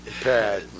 pad